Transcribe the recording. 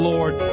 Lord